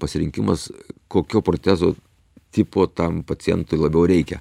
pasirinkimas kokio protezo tipo tam pacientui labiau reikia